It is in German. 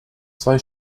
zwei